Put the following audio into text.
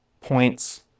points